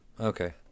Okay